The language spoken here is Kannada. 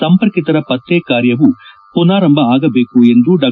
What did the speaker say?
ಸಂಪರ್ಕಿತರ ಪತ್ತೆ ಕಾರ್ಯವೂ ಪುನಾರೆಂಭ ಆಗಬೇಕು ಎಂದು ಡಾ